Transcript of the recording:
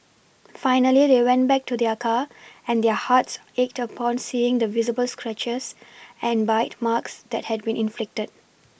finally they went back to their car and their hearts ached upon seeing the visible scratches and bite marks that had been inflicted